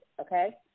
Okay